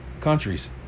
countries